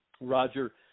Roger